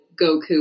Goku